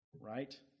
right